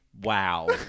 wow